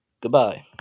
Goodbye